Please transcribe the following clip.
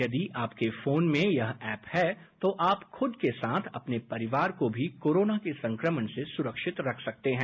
यदि आपके फोन में यह ऐप है तो आप खुद के साथ अपने परिवार को भी कोरोना के संक्रमण से सुरक्षित रख सकते है